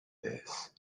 this